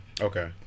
Okay